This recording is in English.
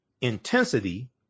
intensity